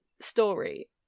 story